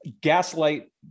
gaslight